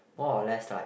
more or less like